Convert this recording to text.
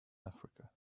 africa